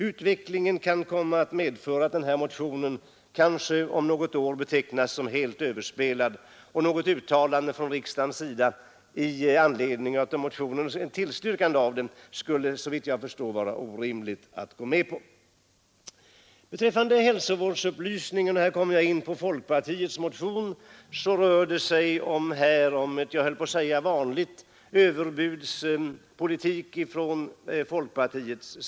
Utvecklingen kan komma att medföra att den motionen kanske om något år betecknas som helt överspelad. Såvitt jag kan finna är det orimligt att tänka sig att riksdagen skulle tillstyrka den motionen. Beträffande hälsovårdsupplysningen — och där kommer jag in på folkpartiets motion — har vi här att göra med den så att säga vanliga överbudspolitiken från folkpartiet.